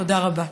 תודה רבה.